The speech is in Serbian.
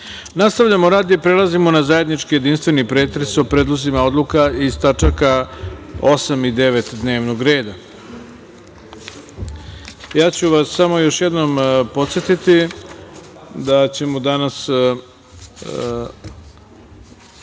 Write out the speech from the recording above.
Kovačević. Nastavljamo rad i prelazimo na zajednički jedinstveni pretres o predlozima odluka iz tač. 8. i 9. dnevnog reda. Ja ću vas samo još jednom podsetiti da ćemo danas